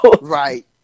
right